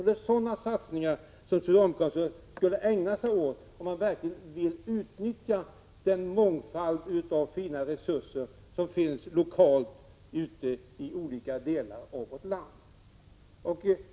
Det är sådana satsningar som socialdemokraterna skulle ägna sig åt, om de verkligen ville utnyttja den mångfald av fina resurser som finns lokalt i olika delar av vårt land.